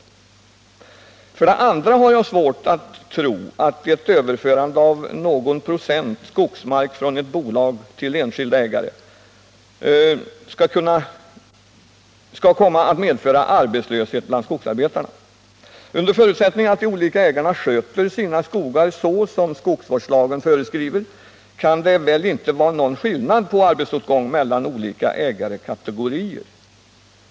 Uddeholm AB För det andra har jag svårt att tro att ett överförande av någon procent skogsmark från ett bolag till enskilda ägare skall komma att medföra arbetslöshet bland skogsarbetarna. Under förutsättning att de olika ägarna sköter sina skogar så som skogsvårdslagen föreskriver kan det väl inte vara någon skillnad på arbetsåtgång mellan olika ägarkategorier.